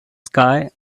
sky